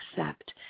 accept